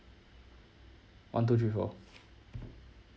one two three four